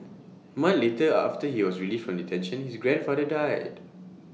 month later A after he was released from detention his grandfather died